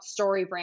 StoryBrand